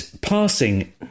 passing